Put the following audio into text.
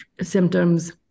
symptoms